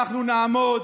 אנחנו נעמוד,